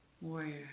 warrior